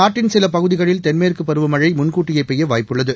நாட்டின் சில பகுதிகளில் தென்மேற்குப் பருவமழை முன்கூட்டியே பெய்ய வாய்ப்புள்ளது